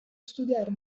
studiare